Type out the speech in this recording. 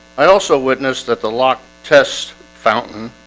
i also witnessed that the locked test fountain